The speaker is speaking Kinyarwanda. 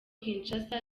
kinshasa